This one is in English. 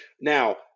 Now